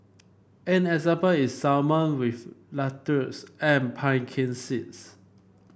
an example is salmon with lettuces and pumpkin seeds